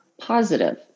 positive